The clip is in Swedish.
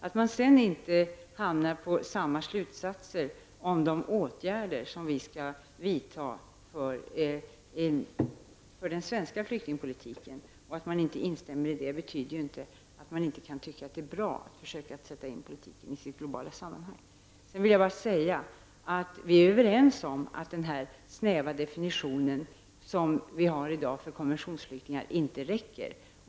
Att man sedan inte drar samma slutsatser om de åtgärder som vi skall vidta när det gäller den svenska flyktingpolitiken betyder inte att man inte kan tycka att det är bra att försöka sätta in politiken i sitt globala sammanhang. Sedan vill jag säga att vi är överens om att denna snäva definition som vi i dag har för konventionsflyktingar inte räcker.